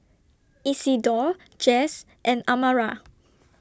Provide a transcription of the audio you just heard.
Isidor Jess and Amara